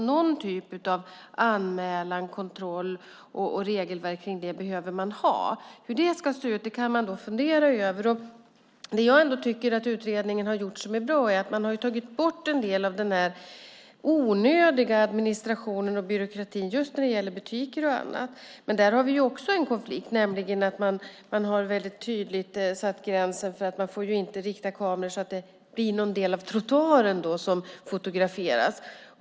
Någon typ av anmälan, kontroll och regelverk kring detta behöver man ha. Hur det ska se ut kan man fundera över. Det jag tycker att utredningen har gjort bra är att man har tagit bort en del av den onödiga administrationen och byråkratin när det gäller butiker och annat. Men där har vi också en konflikt. Man har väldigt tydligt satt gränsen att man inte får rikta kameror så att någon del av trottoaren fotograferas.